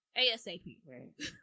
ASAP